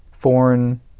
foreign